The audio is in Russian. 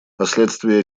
последствия